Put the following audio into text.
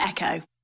Echo